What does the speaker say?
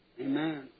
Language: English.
Amen